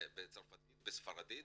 צרפתית וספרדית